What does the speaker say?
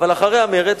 אבל אחרי המרד,